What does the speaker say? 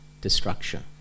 destruction